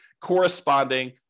corresponding